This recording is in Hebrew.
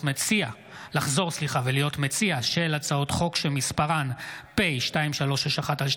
מציע של הצעות חוק שמספרן פ/2361/25,